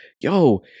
yo